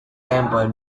temper